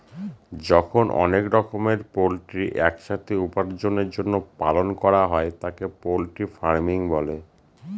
যখন অনেক রকমের পোল্ট্রি এক সাথে উপার্জনের জন্য পালন করা হয় তাকে পোল্ট্রি ফার্মিং বলে